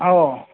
हो